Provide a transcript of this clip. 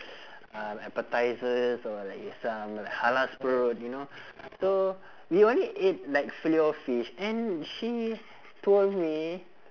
um appetisers or like some halal you know so we only ate like filet-O-fish and she told me